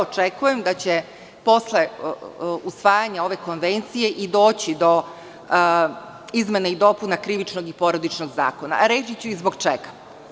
Očekujem da će posle usvajanja ove konvencije i doći do izmena i dopuna Krivičnog i porodičnog zakona, reći ću i zbog čega.